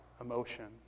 emotion